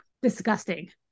Disgusting